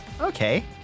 Okay